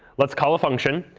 let's call a function.